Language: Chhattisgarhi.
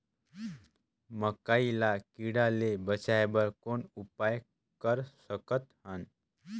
मकई ल कीड़ा ले बचाय बर कौन उपाय कर सकत हन?